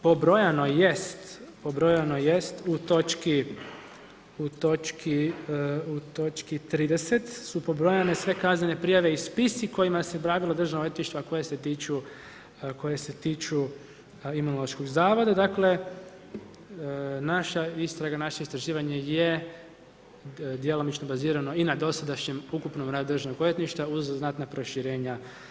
Pobrojano jest u točki 30. su pobrojane sve kaznene prijave i spisi kojima se bavilo državno odvjetništvo, a koje se tiču Imunološkog zavoda, dakle naša istraga, naše istraživanje je djelomično bazirano i na dosadašnjem ukupnom radu državnog odvjetništva uz znatna proširenja.